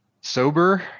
Sober